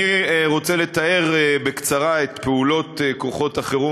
אני רוצה לתאר בקצרה את פעולות כוחות החירום